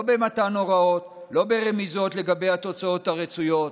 לא במתן הוראות, לא ברמיזות לגבי התוצאות הרצויות,